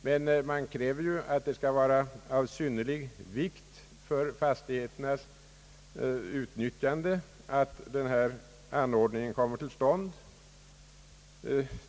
Men man kräver ju att det skall vara av synnerlig vikt för fastigheternas utnyttjande, att en gemensamhetsanläggning skall komma till stånd.